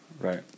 Right